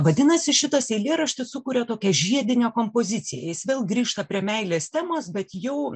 vadinasi šitas eilėraštis sukuria tokią žiedine kompozicija jis vėl grįžta prie meilės temos bet jau